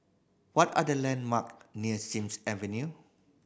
what are the landmark near Sims Avenue